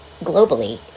globally